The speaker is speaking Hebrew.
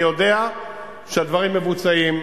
אני יודע שהדברים מבוצעים,